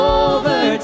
over